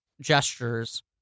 Gestures